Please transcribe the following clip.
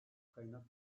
kaynak